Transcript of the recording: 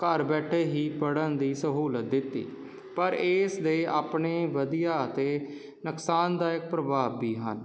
ਘਰ ਬੈਠੇ ਹੀ ਪੜ੍ਹਨ ਦੀ ਸਹੂਲਤ ਦਿੱਤੀ ਪਰ ਇਸ ਦੇ ਆਪਣੇ ਵਧੀਆ ਅਤੇ ਨੁਕਸਾਨ ਦਾਇਕ ਪ੍ਰਭਾਵ ਵੀ ਹਨ